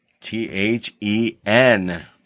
T-H-E-N